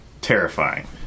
terrifying